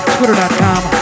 Twitter.com